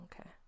Okay